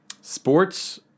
sports